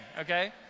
okay